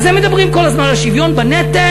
על זה מדברים כל הזמן, על שוויון בנטל.